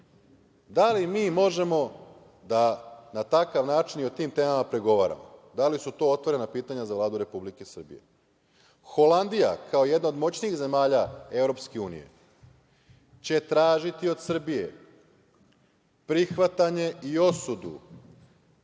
Da li mi možemo da na takav način i o tim temama pregovaramo? Da li su to otvorena pitanja za Vladu Republike Srbije? Holandija, kao jedna od moćnijih zemalja EU, će tražiti od Srbije prihvatanje i osudu,